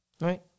Right